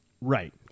Right